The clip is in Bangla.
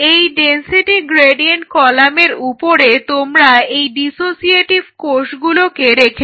এই ডেনসিটি গ্রেডিয়েন্ট কলামের উপরে তোমাদের এই ডিসোসিয়েটিভ কোষগুলো রয়েছে